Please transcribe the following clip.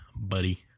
buddy